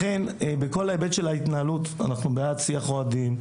לכן בכל ההיבט של ההתנהלות אנחנו בעד שיח אוהדים,